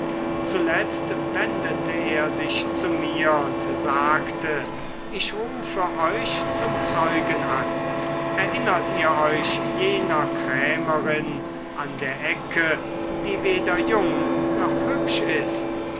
zuletzt wendete er sich zu mir und sagte ich rufe euch zum zeugen an erinnert ihr euch jener krämerin an der ecke die weder jung noch hübsch ist